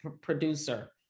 producer